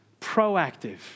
proactive